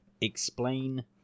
explain